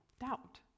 doubt